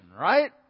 right